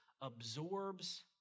absorbs